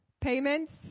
payments